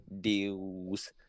deals